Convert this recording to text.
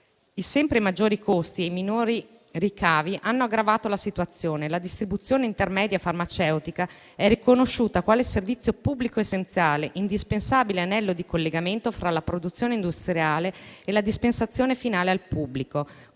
I sempre maggiori costi e minori ricavi hanno aggravato la situazione; la distribuzione intermedia farmaceutica è riconosciuta quale servizio pubblico essenziale e come indispensabile anello di collegamento fra la produzione industriale e la dispensazione finale al pubblico,